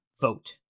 vote